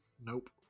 Nope